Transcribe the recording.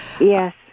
Yes